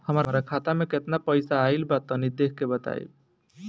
हमार खाता मे केतना पईसा आइल बा तनि देख के बतईब?